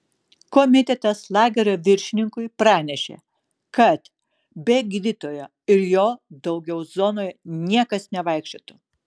komitetas lagerio viršininkui pranešė kad be gydytojo ir jo daugiau zonoje niekas nevaikščiotų